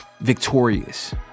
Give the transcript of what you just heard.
victorious